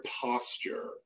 posture